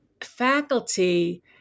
faculty